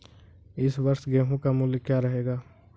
इस वर्ष गेहूँ का मूल्य क्या रहेगा?